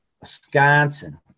Wisconsin